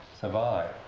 survive